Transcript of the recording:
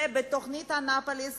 ובתוכנית אנאפוליס